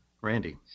Randy